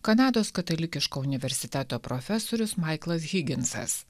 kanados katalikiško universiteto profesorius maiklas higinsas